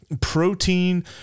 protein